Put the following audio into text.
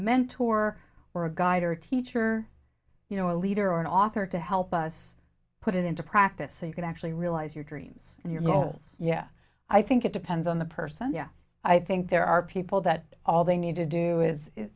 mentor or a guide or teacher you know a leader or an author to help us put it into practice so you can actually realize your dreams and your goals yeah i think it depends on the person yeah i think there are people that all they need to do is